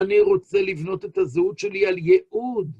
אני רוצה לבנות את הזהות שלי על ייעוד.